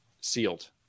sealed